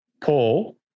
Paul